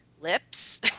lips